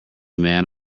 man